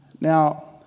now